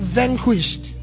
vanquished